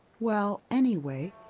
well, anyway.